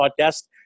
Podcast